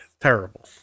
Terrible